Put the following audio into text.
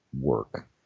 work